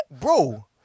bro